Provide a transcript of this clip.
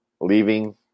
leaving